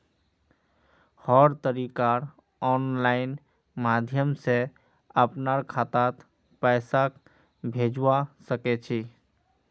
हर तरीकार आनलाइन माध्यम से अपनार खातात पैसाक भेजवा सकछी